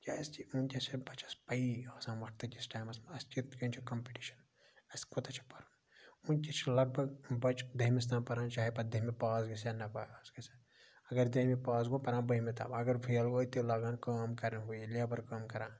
کیازکہِ ونکیٚس چھَ نہٕ بَچَس پَیی آسان وقتہٕ کِس ٹایمَس مَنٛز اَسہِ کِتھ کنۍ چھُ کَمپِٹِشَن اَسہِ کوتاہ چھُ پَرُن ونکٮ۪س چھُ لَگ بَگ بَچہِ دٔہمِس تام پَران چاہے پَتہٕ دٔہمہِ پاس گَژھِ نَہ پاس گَژھِ اگر دٔہمہِ پاس گوٚو پَران بٔہمہِ تام اگر فیل گوٚو تیٚلہِ لاگان کٲم کَرن ہُہ یہِ لیبَر کٲم کَران